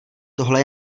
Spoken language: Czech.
tohle